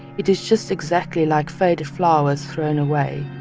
it is just exactly like faded flowers thrown away.